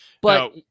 But-